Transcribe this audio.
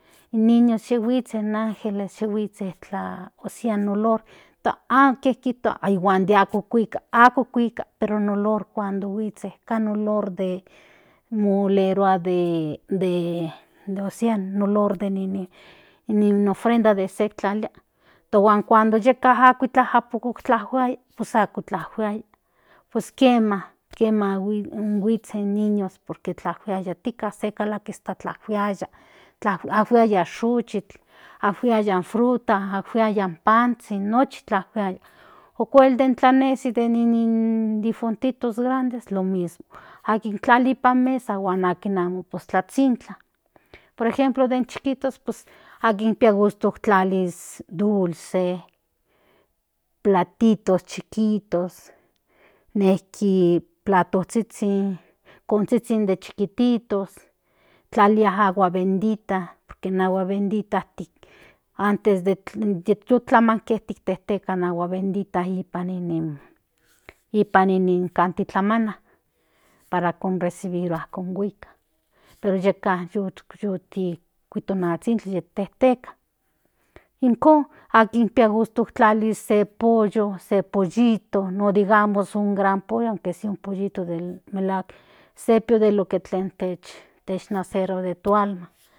In niño yi huitse in ángeles huitsen ósea el olor han de aken kitua den amo huika ako kinhuika pero el olor den cuando kinhuitse ka in olor de molerua ósea den olor den nin ofrendas okse tlalili den cuando yeka ako ijtla otlakuaya ósea tlajkuaya pues kiema kiema huits in niño por que kiema tika se tlalakis otlatiaya tlashoaia in xochitl ajuiya in frutas ajuiaya in panzhin nochi tlajuaya okuel den tlanesi de nin difuntitos grandes akin tlali nipan mesa huan aki amo pues tlazhintla por ejemplo den chikitos akin pia aborto kintlalis dulces platitos chikitos nejki platozhizhin kokonzhinde chiquititos tlalia agua bendita por que in agua bendita antes de tutlamanke tikteka in agua bendita ipan in kintlatlamana para conrecibirua konhuika pero yeka yu yikuito in azhintli ti teteka ijkon akin pia gusto kintlalis se pollo se pollito o digamos se gran pollo in pollito de melahuak se pio den nacero den to alma